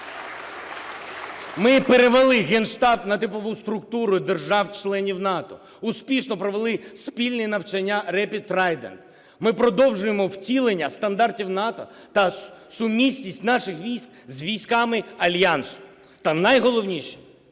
Ми перевели Генштаб на типову структуру держав-членів НАТО, успішно провели спільні навчання "Rapid Trident", ми продовжуємо втілення стандартів НАТО та сумісність наших військ з військами Альянсу. Та найголовніше,